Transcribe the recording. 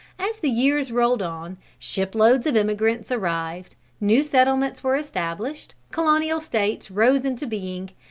as the years rolled on, ship-loads of emigrants arrived, new settlements were established, colonial states rose into being,